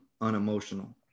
unemotional